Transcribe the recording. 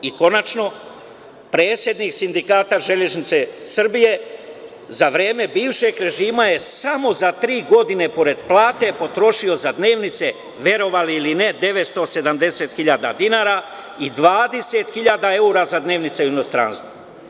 I, konačno, predsednik sindikata Železnice Srbije za vreme bivšeg režima je samo za tri godine pored plate potrošio za dnevnice, verovali ili ne, 970.000 dinara i 20.000 evra za dnevnice u inostranstvu.